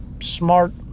smart